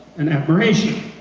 and admiration.